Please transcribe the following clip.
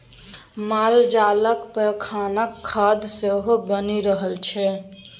मालजालक पैखानाक खाद सेहो बनि रहल छै